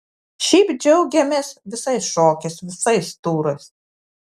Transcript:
šiaip džiaugiamės visais šokiais visais turais